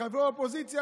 כחברי אופוזיציה,